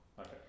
okay